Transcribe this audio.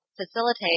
facilitate